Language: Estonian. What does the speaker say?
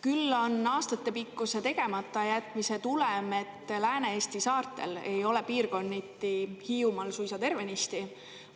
Küll on aastatepikkuse tegematajätmise tulem, et Lääne-Eesti saartel ei ole piirkonniti, Hiiumaal suisa tervenisti,